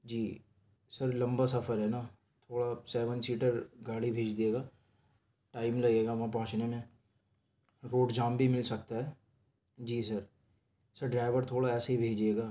جی sir لمبا سفر ہے نا تھوڑا سیون سیٹر گاڑی بھیج دیے گا ٹائم لگے گا وہاں پہنچنے میں روڈ جام بھی مل سکتا ہے جی سر سر ڈرائیور تھوڑا ایسے ہی بھیجئے گا